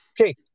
Okay